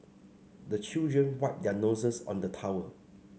the children wipe their noses on the towel